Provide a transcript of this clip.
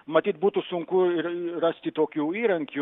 matyt būtų sunku ir rasti tokių įrankių